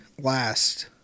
last